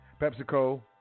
PepsiCo